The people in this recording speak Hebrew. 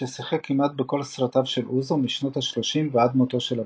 שישחק כמעט בכל סרטיו של אוזו משנות ה-30 ועד מותו של הבמאי.